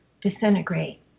disintegrate